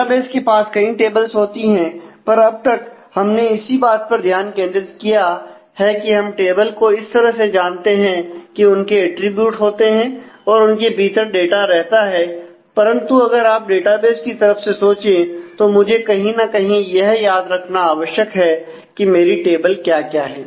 database के पास कई टेबल्स होती है पर अब तक हमने इसी बात पर ध्यान केंद्रित किया है की हम टेबल को इस तरह से जानते है कीं उनके अटरीब्यूट होते हैं और उनके भीतर डाटा रहता है परंतु अगर आप डेटाबेस की तरफ से सोचे तो मुझे कहीं ना कहीं यह याद रखना आवश्यक है कि मेरी टेबल क्या क्या है